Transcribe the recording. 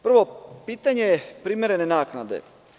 Prvo, pitanje primerene naknade.